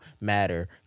matter